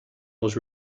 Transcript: was